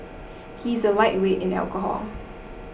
he is a lightweight in alcohol